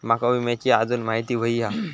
माका विम्याची आजून माहिती व्हयी हा?